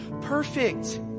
perfect